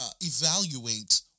evaluate